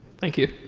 thank you.